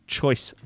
choice